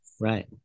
Right